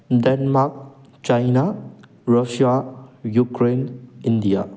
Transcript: Denmark China Russia Ukraine India